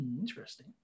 Interesting